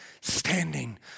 standing